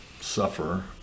suffer